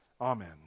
Amen